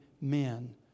men